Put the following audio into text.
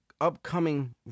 upcoming